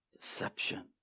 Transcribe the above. Deception